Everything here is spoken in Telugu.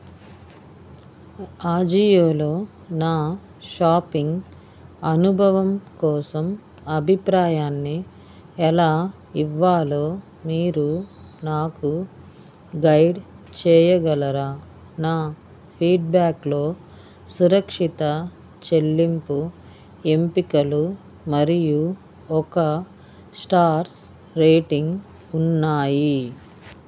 ఆజీయోలో నా షాపింగ్ అనుభవం కోసం అభిప్రాయాన్ని ఎలా ఇవ్వాలో మీరు నాకు గైడ్ చేయగలరా నా ఫీడ్ బ్యాక్లో సురక్షిత చెల్లింపు ఎంపికలు మరియు ఒక స్టార్స్ రేటింగ్ ఉన్నాయి